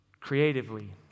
creatively